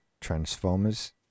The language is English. Transformers